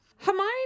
Hermione